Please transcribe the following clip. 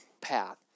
path